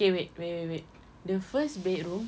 okay wait wait wait wait wait the first bedroom